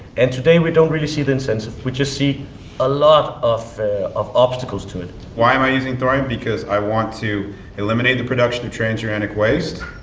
and today we don't really see the incentive, we just see a lot of of obstacles to it. why am i using thorium? because i want to eliminate the production of transuranic waste.